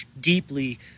deeply